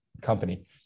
company